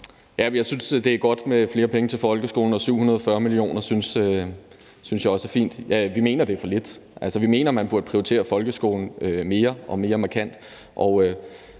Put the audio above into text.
Jeg synes, det er godt med flere penge til folkeskolen, og jeg synes også, at 740 mio. kr. er fint. Vi mener, det er for lidt. Vi mener, man burde prioritere folkeskolen mere og mere markant,